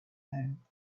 home